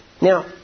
now